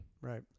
Right